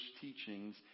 teachings